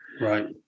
right